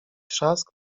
trzask